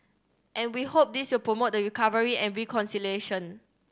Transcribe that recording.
and we hope this will promote the recovery and reconciliation